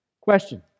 Question